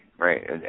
Right